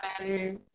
matter